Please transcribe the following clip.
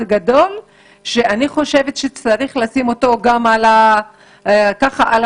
אני חושב שיש לשים את עניין המתמחים